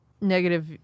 negative